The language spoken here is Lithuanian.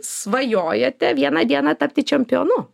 svajojate vieną dieną tapti čempionu